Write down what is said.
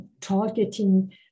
targeting